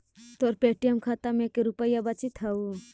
तोर पे.टी.एम खाता में के रुपाइया बचित हउ